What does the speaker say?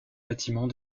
bâtiments